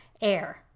air